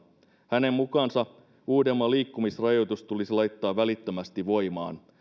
hänen mukaansa uudenmaan liikkumisrajoitus tulisi laittaa välittömästi voimaan